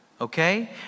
Okay